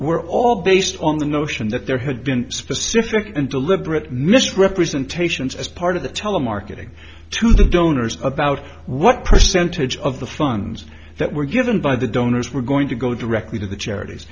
were all based on the notion that there had been specific and deliberate misrepresentations as part of the telemarketing to the donors about what percentage of the funds that were given by the donors were going to go directly to the charities